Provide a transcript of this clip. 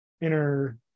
inner